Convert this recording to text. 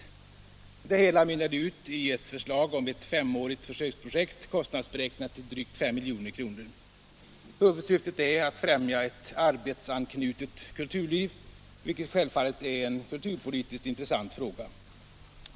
Det hela mynnade ut i ett förslag om ett femårigt försöksprojekt, kostnadsberäknat till drygt 5 milj.kr. Huvudsyftet är att främja ett arbetsanknutet kulturliv, vilket självfallet är en kulturpolitiskt intressant fråga.